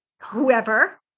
whoever